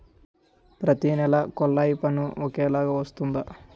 ప్రతి నెల కొల్లాయి పన్ను ఒకలాగే వస్తుందా?